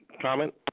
comment